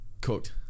cooked